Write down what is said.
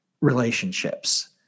relationships